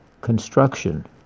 construction